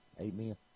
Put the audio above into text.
Amen